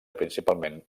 principalment